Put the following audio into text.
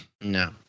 No